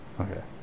Okay